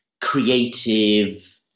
creative